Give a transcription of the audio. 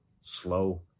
slow